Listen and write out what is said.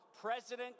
President